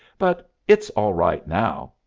but it's all right now,